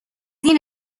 این